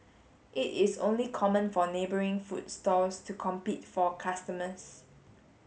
it is only common for neighbouring food stalls to compete for customers